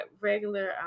regular